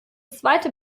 zweite